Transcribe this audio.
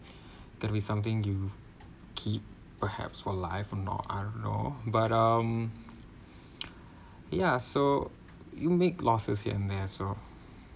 that will be something you keep perhaps for life or not I don't know but um yeah so you make losses here and there so